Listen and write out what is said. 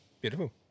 Beautiful